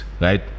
right